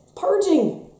purging